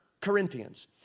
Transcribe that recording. Corinthians